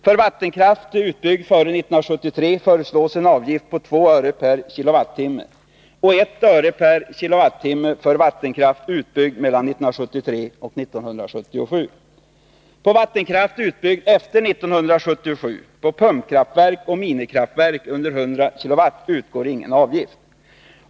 För vattenkraft utbyggd före 1973 föreslås en avgift på 2 öre per kilowattimme och 1 öre per kilowattimme för vattenkraft utbyggd mellan 1973 och 1977. På vattenkraft utbyggd efter 1977, på pumpkraftverk och minikraftverk under 100 kilowatt utgår ingen avgift.